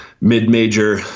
mid-major